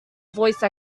voice